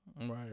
Right